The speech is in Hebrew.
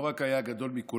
לא רק שהוא היה גדול מכולם,